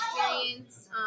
experience